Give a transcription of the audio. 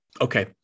Okay